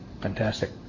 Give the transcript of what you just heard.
Fantastic